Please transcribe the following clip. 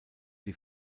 die